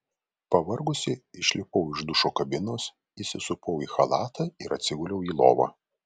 pavargusi išlipau iš dušo kabinos įsisupau į chalatą ir atsiguliau į lovą